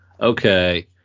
okay